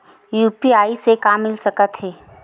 UPI से का मिल सकत हे?